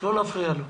שלא נפריע לו.